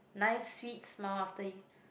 nice sweet smile after you